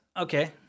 Okay